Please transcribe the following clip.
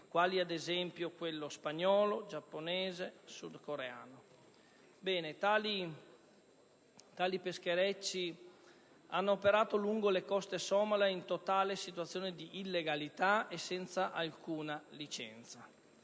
quali ad esempio Spagna, Giappone, Corea del Sud. Tali pescherecci hanno operato lungo le coste somale in totale situazione di illegalità e senza alcuna licenza.